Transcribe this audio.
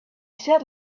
sat